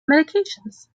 medications